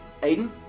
Aiden